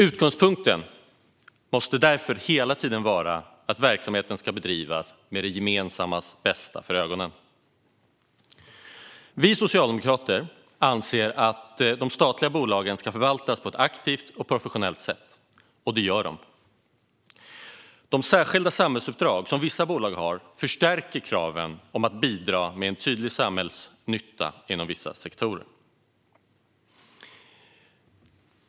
Utgångspunkten måste därför hela tiden vara att verksamheten ska bedrivas med det gemensammas bästa för ögonen. Vi socialdemokrater anser att de statliga bolagen ska förvaltas på ett aktivt och professionellt sätt, och det gör man. De särskilda samhällsuppdrag som vissa bolag har förstärker kraven att bidra med en tydlig samhällsnytta inom vissa sektorer.